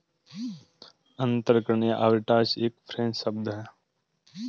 अंतरपणन या आर्बिट्राज एक फ्रेंच शब्द है